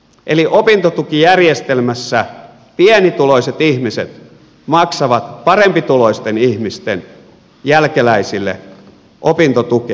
eli opintotukijärjestelmässä pienituloiset ihmiset maksavat parempituloisten ihmisten jälkeläisille opintotukea